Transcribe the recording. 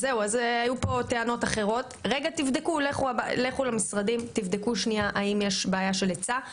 היו פה טענות אחרות לכו למשרדים ותבדקו אם יש בעיה של היצע,